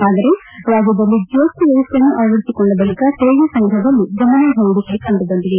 ಆದರೆ ರಾಜ್ಜದಲ್ಲಿ ಜಿಎಸ್ಟಿ ವ್ಯವಸ್ಥೆಯನ್ನು ಅಳವಡಿಸಿಕೊಂಡ ಬಳಕ ತೆರಿಗೆ ಸಂಗ್ರಹದಲ್ಲಿ ಗಮನಾರ್ಹ ಇಳಕೆ ಕಂಡುಬಂದಿದೆ